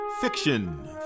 fiction